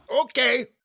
Okay